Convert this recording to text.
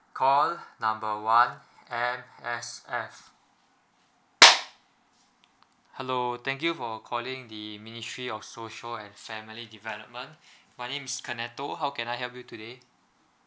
call number one M_S_F hello thank you for calling the ministry of social and family development my name is kenato how can I help you today